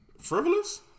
frivolous